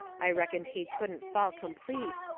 i reckoned he couldn't fall complete,